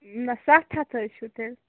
نہ سَتھ ہَتھ حظ چھُ تیٚلہِ